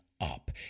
up